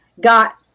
got